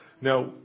Now